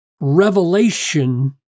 revelation